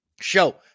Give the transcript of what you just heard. show